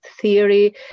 theory